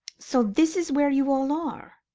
so this is where you all are?